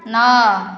ନଅ